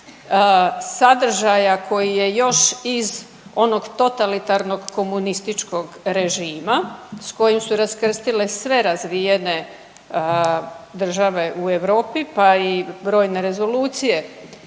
sadržaja koji je još iz onog totalitarnog komunističkog režima s kojim su raskrstile sve razvijene države u Europi pa i brojne rezolucije